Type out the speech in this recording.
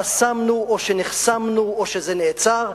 חסמנו, או שנחסמנו, או שזה נעצר.